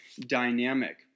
dynamic